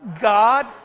God